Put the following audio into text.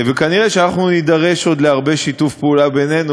כנראה אנחנו נידרש עוד להרבה שיתוף בינינו,